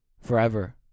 Forever